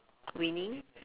winning